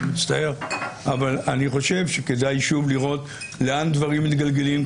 אני מצטער אבל אני חושב שכדאי שוב לראות לאן דברים מתגלגלים.